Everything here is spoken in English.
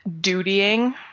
dutying